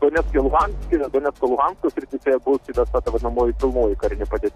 donecke luhanske donecko luhansko srityse